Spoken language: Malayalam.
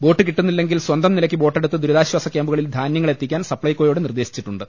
ബോട്ട് കിട്ടുന്നില്ലെങ്കിൽ സ്വന്തം നിലയ്ക്ക് ബോട്ടെടുത്ത് ദുരിതാശ്വാസ ക്യാമ്പുകളിൽ ധാനൃങ്ങൾ എത്തി ക്കാൻ സപ്ലൈകോയോട് നിർദേശിച്ചിട്ടുണ്ട്